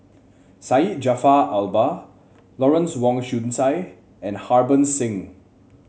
Syed Jaafar Albar Lawrence Wong Shyun Tsai and Harbans Singh